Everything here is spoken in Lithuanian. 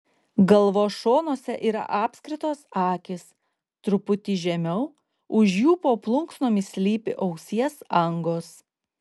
galvos šonuose yra apskritos akys truputį žemiau už jų po plunksnomis slypi ausies angos